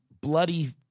bloody